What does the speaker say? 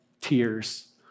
tears